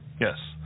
Yes